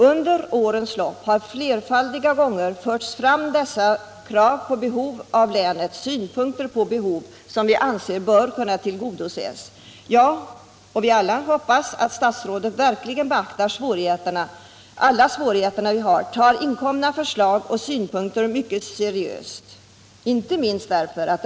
Under årens = ningen i Bohuslän, lopp har vi flerfaldiga gånger fört fram våra synpunkter från länet på — m.m. vilka behov som vi anser måste tillgodoses. Vi hoppas nu att statsrådet verkligen beaktar alla de svårigheter vi har och tar mycket seriöst på inkomna förslag och synpunkter.